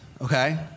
Okay